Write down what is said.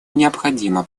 необходимо